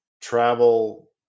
travel